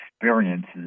experiences